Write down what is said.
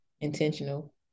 intentional